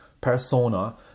persona